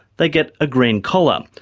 they get a green collar,